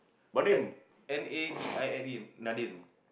at N A D I N E Nadine